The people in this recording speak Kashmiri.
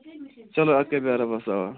چلو اَدٕ کیٛاہ بیٚہہ رۅبَس حوال